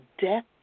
Death